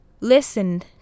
listen